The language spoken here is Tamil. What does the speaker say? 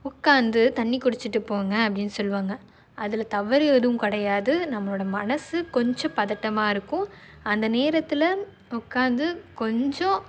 உட்க்காந்து தண்ணீர் குடிச்சுட்டு போங்க அப்படின் சொல்லுவாங்க அதில் தவறு எதுவும் கிடையாது நம்மளோடய மனது கொஞ்சம் பதட்டமாக இருக்கும் அந்த நேரத்தில் உட்க்காந்து கொஞ்சம்